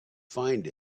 find